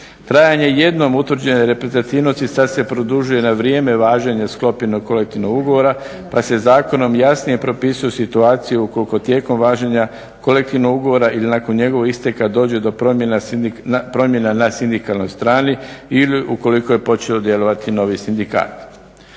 Trajanje jednom utvrđenom reprezentativnosti sada se produžuje na vrijeme važenja sklopljenog kolektivnog ugovora pa se zakonom jasnije propisuju situacije ukoliko tijekom važenja kolektivnog ugovora ili nakon njegovo isteka dođe do promjena na sindikalnoj strani ili ukoliko je počeo djelovati novi sindikat.